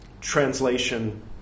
translation